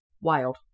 Wild